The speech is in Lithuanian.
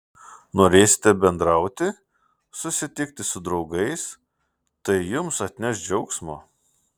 norėsite bendrauti susitikti su draugais tai jums atneš džiaugsmo